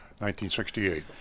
1968